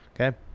Okay